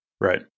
Right